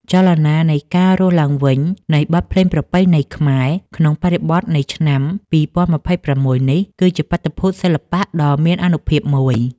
ចលនានៃការរស់ឡើងវិញនៃបទភ្លេងប្រពៃណីខ្មែរ ក្នុងបរិបទនៃឆ្នាំ ២០២៦ នេះ គឺជាបាតុភូតសិល្បៈដ៏មានអានុភាពមួយ។